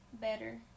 better